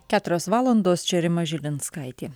keturios valandos čia rima žilinskaitė